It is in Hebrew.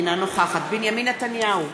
אינה נוכחת בנימין נתניהו,